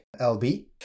LB